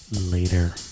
later